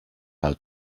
how